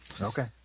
Okay